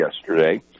yesterday